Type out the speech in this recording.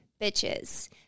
Bitches